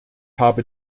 habe